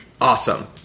awesome